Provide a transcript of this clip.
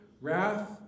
wrath